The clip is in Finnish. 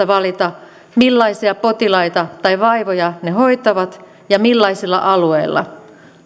valita millaisia potilaita tai vaivoja ne hoitavat ja millaisilla alueilla